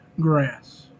grass